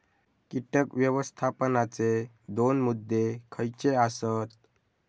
कीटक व्यवस्थापनाचे दोन मुद्दे खयचे आसत?